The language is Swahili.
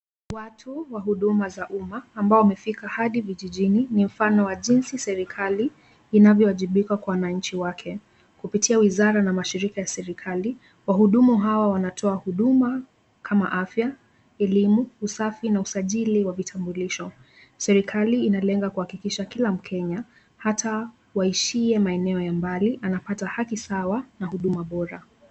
Watu wa huduma za umma, ambao wamefika hadi vijijini. Ni mfano wa jinsi serikali inavyowajibika kwa wananchi wake. Kupitia wizara na mashirika ya serikali, wahudumu hawa wanatoa huduma, kama afya, elimu, usafi, na usajili wa vitambulisho. Serikali inalenga kuhakikisha kila mkenya hata waishie maeneo ya mbali anapata haki sawa na huduma bora.